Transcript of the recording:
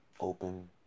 open